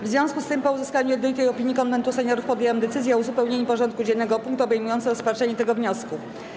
W związku z tym, po uzyskaniu jednolitej opinii Konwentu Seniorów, podjęłam decyzję o uzupełnieniu porządku dziennego o punkt obejmujący rozpatrzenie tego wniosku.